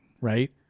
right